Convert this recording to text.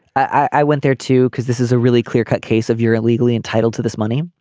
i went there too because this is a really clear cut case of your illegally entitled to this money.